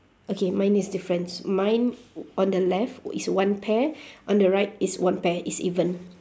okay mine is difference mine on the left is one pair on the right is one pair is even